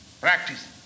Practice